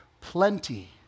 plenty